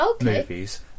movies